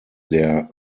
der